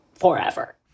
forever